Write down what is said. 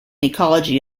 ecology